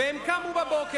זה לא נכון.